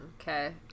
Okay